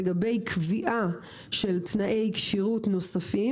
לגבי קביעה של תנאי כשירות נוספים